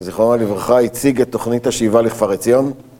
זכרונה לברכה הציג את תוכנית השאיבה לכפר עציון